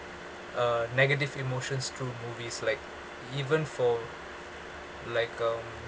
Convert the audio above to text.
uh negative emotions through movies like even for like um